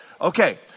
Okay